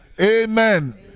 Amen